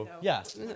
yes